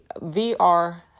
VR